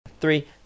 Three